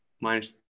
minus